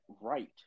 right